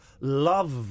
love